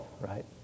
right